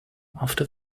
after